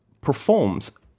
performs